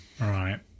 Right